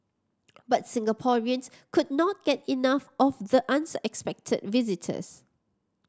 but Singaporeans could not get enough of the unexpected visitors